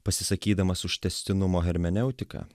pasisakydamas už tęstinumo hermeneutiką